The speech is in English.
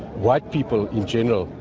white people in general,